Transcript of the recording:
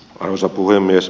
arvoisa puhemies